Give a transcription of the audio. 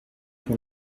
pour